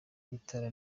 itara